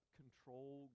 control